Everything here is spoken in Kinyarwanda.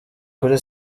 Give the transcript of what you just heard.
kuri